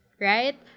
right